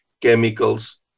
chemicals